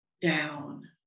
down